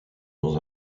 dans